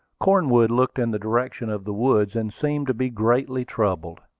cornwood looked in the direction of the woods, and seemed to be greatly troubled.